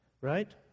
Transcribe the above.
right